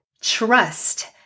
trust